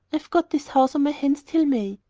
i've got this house on my hands till may.